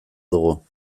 dugu